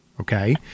okay